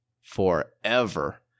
forever